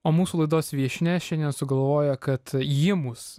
o mūsų laidos viešnia šiandien sugalvojo kad ji mus